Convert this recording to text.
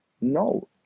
No